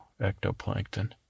ectoplankton